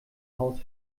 haus